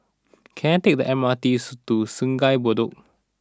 can I take the M R T to Sungei Bedok